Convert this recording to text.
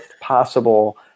possible